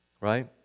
Right